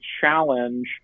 challenge